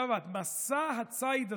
מסע הציד הזה,